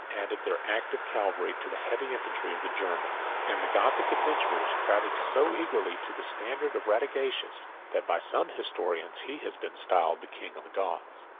added their active cavalry to the heavy infantry of the germans and the gothic adventurers crowded so eagerly to the standard of radagaisus, that by some historians, he has been styled the king of the goths.